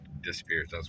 disappears